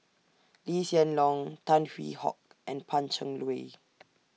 Lee Hsien Loong Tan Hwee Hock and Pan Cheng Lui